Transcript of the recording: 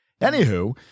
Anywho